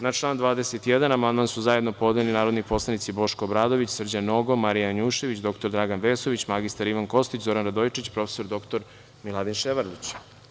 Na član 21 amandman su zajedno podneli narodni poslanici Boško Obradović, Srđan Nogo, Marija Janjušević, dr Dragan Vesović, mr Ivan Kostić, Zoran Radojičić i prof. dr Miladin Ševarlić.